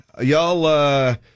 Y'all